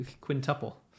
Quintuple